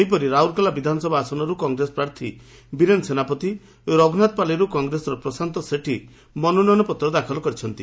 ସେହିପରି ରାଉରକେଲା ବିଧାନସଭା ଆସନର୍ କଂଗ୍ରେସ ପ୍ରାର୍ଥୀ ବିରେନ ସେନାପତି ରଘୁନାଥପାଲୀରୁ କଂଗ୍ରେସର ପ୍ରଶାନ୍ତ ସେଠୀ ନାମାଙ୍କନପତ୍ର ଦାଖଲ କରିଛନ୍ତି